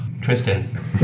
Tristan